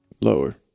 lower